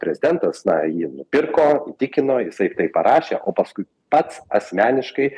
prezidentas na jį nupirko įtikino jisai tai parašė o paskui pats asmeniškai